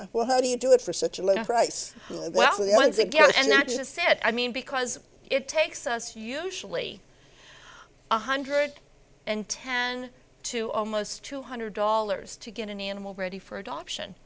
do well how do you do it for such a low price so well once again and then i just said i mean because it takes us usually one hundred and ten to almost two hundred dollars to get an animal ready for adoption